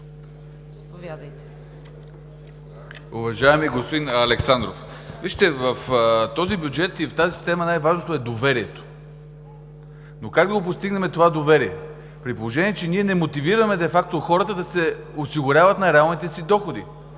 Уважаеми господин Александров, в този бюджет и в тази система най-важното е доверието. Но как да постигнем това доверие, при положение че ние не мотивираме хората да се осигуряват на реалните си доходи?